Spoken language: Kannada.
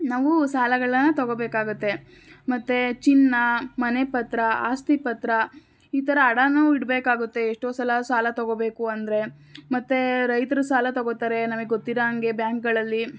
ನಾವು ಸಾಲಗಳನ್ನ ತಗೋಬೇಕಾಗತ್ತೆ ಮತ್ತು ಚಿನ್ನ ಮನೆ ಪತ್ರ ಆಸ್ತಿ ಪತ್ರ ಈ ಥರ ಅಡಾನು ಇಡಬೇಕಾಗತ್ತೆ ಎಷ್ಟೋ ಸಲ ಸಾಲ ತಗೋಬೇಕು ಅಂದರೆ ಮತ್ತು ರೈತರು ಸಾಲ ತಗೋತಾರೆ ನಮಗ್ ಗೊತ್ತಿರೊ ಹಾಗೆ ಬ್ಯಾಂಕ್ಗಳಲ್ಲಿ